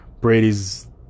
Brady's